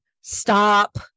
stop